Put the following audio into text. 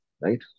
right